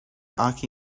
aki